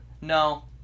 no